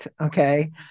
okay